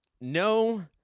no